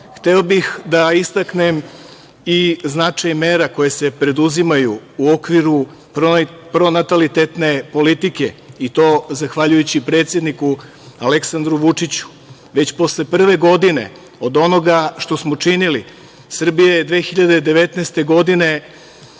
bih da istaknem i značaj mera koje se preduzimaju u okviru pronatalitetne politike, i to zahvaljujući predsedniku Aleksandru Vučiću. Već posle prve godine od onoga što smo učinili Srbija je 2019. godine